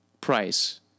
price